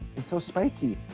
and so spiky.